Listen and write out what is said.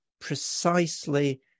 precisely